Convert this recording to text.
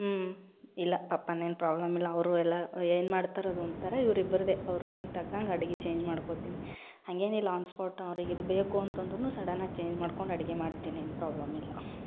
ಇಲ್ಲ ಪಪ್ಪಂದೇನೂ ಪ್ರಾಬ್ಲಮಿಲ್ಲ ಅವರು ಎಲ್ಲ ಏನು ಮಾಡ್ತಾರೋ ಅದು ಉಣ್ತಾರೆ ಇವ್ರಿಬ್ಬರದೇ ಅವ್ರ ರುಚಿಗೆ ತಕ್ಕಂಗೆ ಅಡ್ಗೆ ಚೇಂಜ್ ಮಾಡ್ಕೊತೀನಿ ಹಾಗೇನಿಲ್ಲ ಆನ್ ಸ್ಪಾಟ್ ಅವ್ರಿಗೆ ಇದು ಬೇಕು ಅಂತಂದ್ರೂ ಸಡನ್ನಾಗಿ ಚೇಂಜ್ ಮಾಡ್ಕೊಂಡು ಅಡ್ಗೆ ಮಾಡ್ತೀನಿ ಏನೂ ಪ್ರಾಬ್ಲಮಿಲ್ಲ